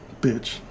bitch